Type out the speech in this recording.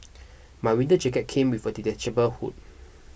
my winter jacket came with a detachable hood